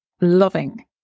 loving